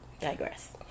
digress